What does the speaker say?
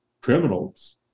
Criminals